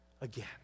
again